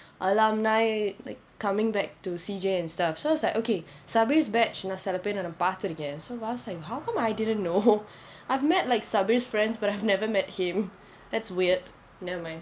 alumni like coming back to C_J and stuff so I was like okay sabri's batch நான் சில பேரை நான் பார்த்திருக்கேன்:naan sila paerai naan paarthiruken so I was like how come I didn't know I've met like sabri's friends but I've never met him that's weird never mind